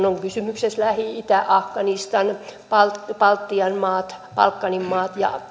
on kysymyksessä lähi itä afganistan balkanin maat balkanin maat ja